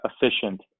efficient